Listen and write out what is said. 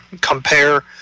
compare